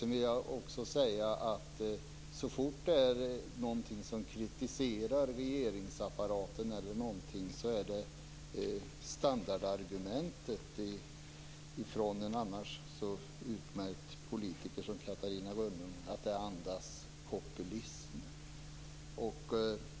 Jag vill också säga att så fort det är någon som kritiserar regeringsapparaten är standardargumentet från en annars utmärkt politiker som Catarina Rönnung att det andas populism.